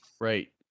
right